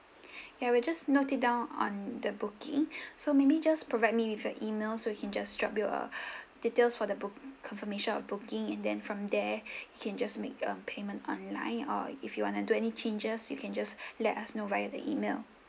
ya we just note it down on the booking so maybe just provide me with your email so we can just drop you a details for the book confirmation of booking and then from there you can just make um payment online or if you want to do any changes you can just let us know via the email